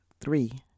Three